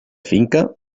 finca